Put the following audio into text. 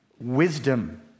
wisdom